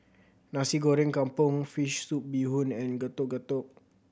Nasi Goreng Kampung fish soup bee hoon and Getuk Getuk